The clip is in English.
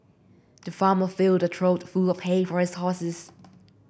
the farmer filled a trough full of hay for his horses